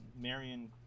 Marion